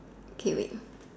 okay wait